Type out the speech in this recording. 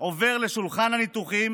עובר לשולחן הניתוחים